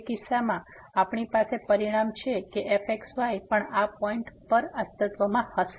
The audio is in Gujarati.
તે કિસ્સામાં આપણી પાસે પરિણામ છે કે f xy પણ આ પોઈન્ટ પર અસ્તિત્વમાં હશે